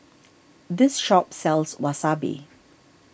this shop sells Wasabi